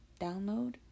download